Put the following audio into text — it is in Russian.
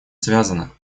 связана